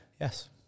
Yes